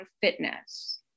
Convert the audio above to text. fitness